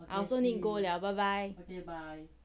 I need to go liao